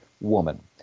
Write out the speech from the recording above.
woman